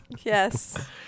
Yes